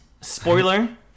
spoiler